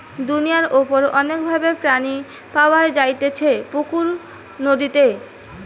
দুনিয়ার উপর অনেক ভাবে পানি পাওয়া যাইতেছে পুকুরে, নদীতে